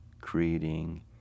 creating